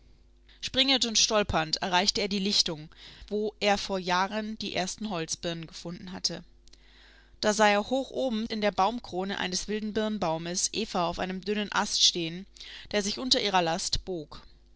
springend und stolpernd erreichte er die lichtung wo er vor jahren die ersten holzbirnen gefunden hatte da sah er hoch oben in der baumkrone eines wilden birnbaumes eva auf einem dünnen ast stehen der sich unter ihrer last bog